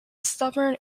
stubborn